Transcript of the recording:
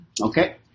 okay